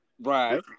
right